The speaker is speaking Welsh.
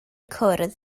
cwrdd